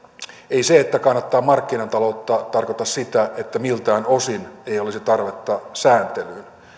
ei se että kannattaa markkinataloutta tarkoita sitä että miltään osin ei olisi tarvetta sääntelyyn